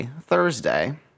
Thursday